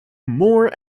more